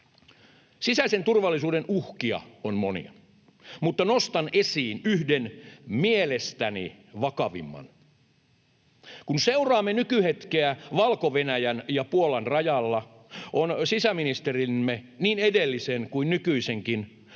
Sisäisen turvallisuuden uhkia on monia, mutta nostan esiin yhden, mielestäni vakavimman. Kun seuraamme nykyhetkeä Valko-Venäjän ja Puolan rajalla, ovat sisäministerimme, niin edellisen kuin nykyisenkin,